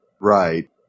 Right